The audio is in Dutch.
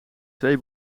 twee